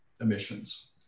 emissions